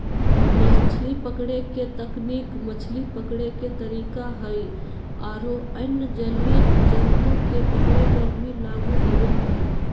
मछली पकड़े के तकनीक मछली पकड़े के तरीका हई आरो अन्य जलीय जंतु के पकड़े पर भी लागू होवअ हई